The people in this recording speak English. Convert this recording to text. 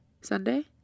Sunday